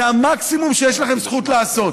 זה המקסימום שיש לכם זכות לעשות.